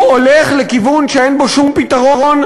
הוא הולך לכיוון שאין בו שום פתרון,